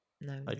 no